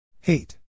Hate